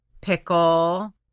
pickle